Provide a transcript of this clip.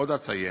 עוד אציין,